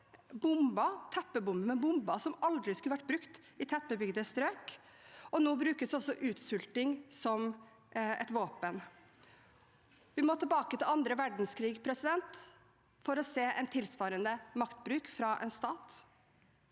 teppebomber med bomber som aldri skulle vært brukt i tettbebygde strøk, og nå brukes også utsulting som et våpen. Vi må tilbake til annen verdenskrig for å se tilsvarende maktbruk fra en stat.